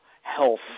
health